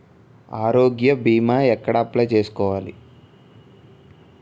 ఆరోగ్య భీమా ఎక్కడ అప్లయ్ చేసుకోవాలి?